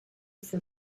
for